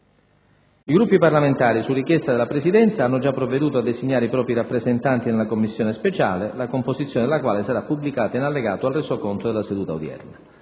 I Gruppi parlamentari, su richiesta della Presidenza, hanno già provveduto a designare i propri rappresentanti nella Commissione speciale, la composizione della quale sarà pubblicata in allegato al Resoconto della seduta odierna.